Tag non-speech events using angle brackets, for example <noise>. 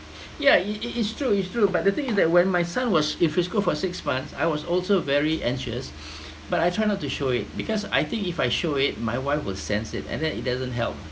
ya it it it's true it's true but the thing is that when my son was in frisco for six months I was also very anxious <breath> but I try not to show it because I think if I show it my wife will sense it and then it doesn't help